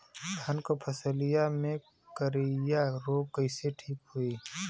धान क फसलिया मे करईया रोग कईसे ठीक होई?